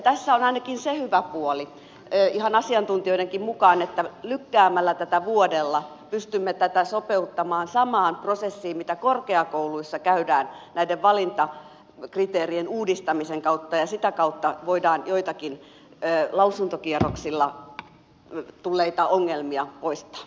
tässä on ainakin se hyvä puoli ihan asiantuntijoidenkin mukaan että lykkäämällä tätä vuodella pystymme tätä sopeuttamaan samaan prosessiin mitä korkeakouluissa käydään näiden valintakriteereiden uudistamisen suhteen ja sitä kautta voidaan joitakin lausuntokierroksilla esiin tulleita ongelmia poistaa